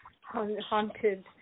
haunted